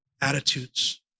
attitudes